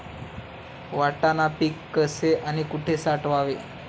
वाटाणा पीक कसे आणि कुठे साठवावे?